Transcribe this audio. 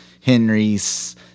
Henry's